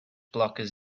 blockers